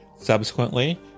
Subsequently